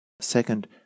second